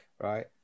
right